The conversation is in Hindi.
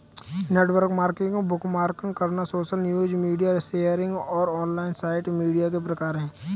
नेटवर्किंग, बुकमार्क करना, सोशल न्यूज, मीडिया शेयरिंग और ऑनलाइन साइट मीडिया के प्रकार हैं